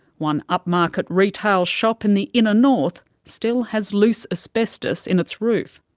one upmarket retail shop in the inner north still has loose asbestos in its roof.